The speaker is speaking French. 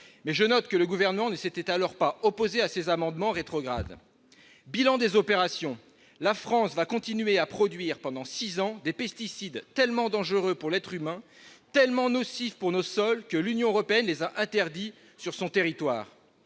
Mais je note que le Gouvernement ne s'était alors pas opposé à ces amendements rétrogrades. Bilan des opérations : la France va continuer à produire pendant six ans des pesticides tellement dangereux pour l'être humain, tellement nocifs pour nos sols, que l'Union européenne les a interdits sur son territoire.